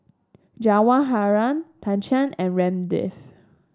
Jawaharlal Chetan and Ramdev